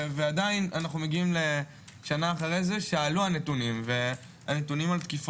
ועדיין שנה אחרי זה עלו הנתונים על תקיפות.